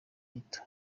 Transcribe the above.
rito